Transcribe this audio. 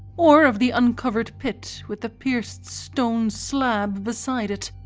or of the uncovered pit with the pierced stone slab beside it.